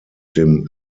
dem